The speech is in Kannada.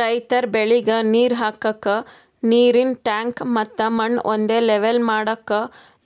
ರೈತರ್ ಬೆಳಿಗ್ ನೀರ್ ಹಾಕ್ಕಕ್ಕ್ ನೀರಿನ್ ಟ್ಯಾಂಕ್ ಮತ್ತ್ ಮಣ್ಣ್ ಒಂದೇ ಲೆವೆಲ್ ಮಾಡಕ್ಕ್